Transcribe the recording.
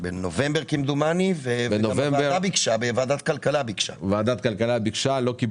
הזאת בנובמבר וגם ועדת הכלכלה ביקשה ולא קיבלה.